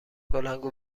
بلندگو